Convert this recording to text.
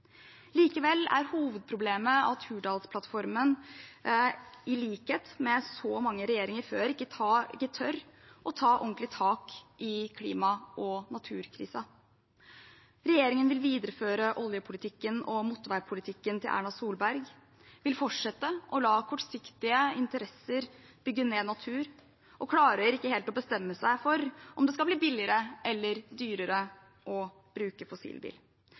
Likevel er hovedproblemet at Hurdalsplattformen, i likhet med så mange regjeringer før, ikke tør å ta ordentlig tak i klima- og naturkrisen. Regjeringen vil videreføre oljepolitikken og motorveipolitikken til Erna Solberg. Den vil fortsette å la kortsiktige interesser bygge ned natur, og den klarer ikke helt å bestemme seg for om det skal bli billigere eller dyrere å bruke